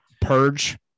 purge